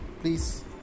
please